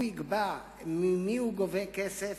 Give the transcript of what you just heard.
הוא יקבע ממי הוא גובה כסף,